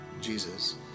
Jesus